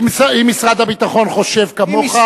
אם משרד הביטחון חושב כמוך,